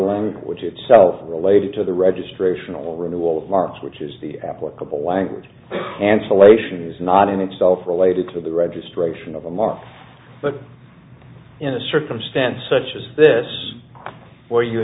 language itself related to the registration or renewal of markets which is the applicable language cancellation is not in itself related to the registration of a mark but in a circumstance such as this where you